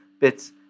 bits